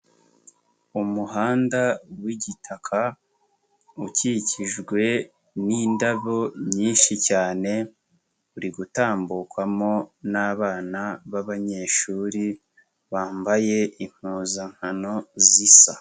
Umuhanda w'igitaka, ukikijwe n'indabo nyinshi cyane, uri gutambukwamo n'abana b'abanyeshuri, bambaye impuzankano zisa.